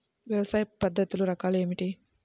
వ్యవసాయ పద్ధతులు రకాలు ఏమిటి?